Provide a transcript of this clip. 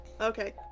Okay